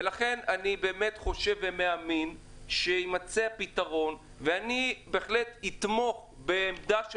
לכן אני באמת חושב ומאמין שיימצא הפתרון ואני בהחלט אתמוך בעמדה של